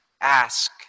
ask